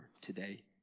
today